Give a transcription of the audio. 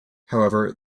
however